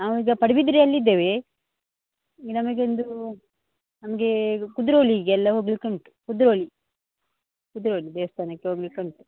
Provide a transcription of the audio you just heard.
ನಾವೀಗ ಪಡುಬಿದ್ರೆಯಲ್ಲಿ ಇದ್ದೇವೆ ನಮಗೊಂದು ನಮಗೆ ಕುದ್ರೋಳಿಗೆಲ್ಲ ಹೋಗಲಿಕ್ಕುಂಟು ಕುದ್ರೋಳಿ ಕುದ್ರೋಳಿ ದೇವಸ್ಥಾನಕ್ಕೆ ಹೋಗಲಿಕ್ಕುಂಟು